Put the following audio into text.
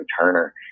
Turner